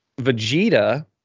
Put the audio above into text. Vegeta